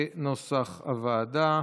הצבעה.